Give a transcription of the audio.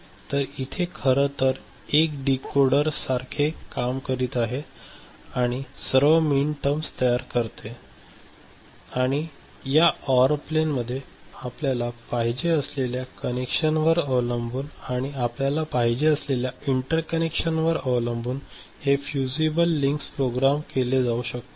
तर इथे खरं तर एक डीकोडर सारखे काम करीत आहे आणि सर्व मिनिटर्स तयार करते आणि या ऑर प्लेनमध्ये आपल्याला पाहिजे असलेल्या कनेक्शनवर अवलंबून आणि आपल्याला पाहिजे असलेल्या इंटरकनेक्शनवर अवलंबून हे फ्युसिबल लिंक्स प्रोग्राम केले जाऊ शकते